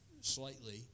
slightly